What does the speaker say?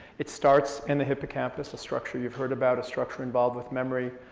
it starts in the hippocampus, a structure you've heard about, a structure involved with memory.